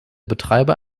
betreiber